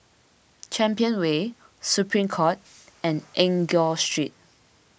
Champion Way Supreme Court and Enggor Street